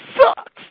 sucks